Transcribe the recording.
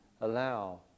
allow